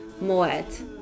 Moet